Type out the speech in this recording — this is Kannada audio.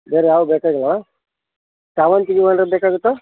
ಬೇರೆ ಯಾವ ಹೂ ಬೇಕಾಗಿಲ್ಲವಾ ಸೇವಂತಿಗೆ ಹೂವ ಏನರ ಬೇಕಾಗುತ್ತಾ